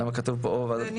למה כתוב פה או --- לא,